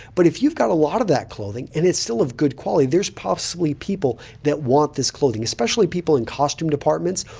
but if you've got a lot of that clothing and it's still of good quality, there's possibly people that want this clothing especially people in costume departments.